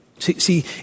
See